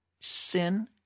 sin